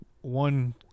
one